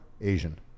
Asian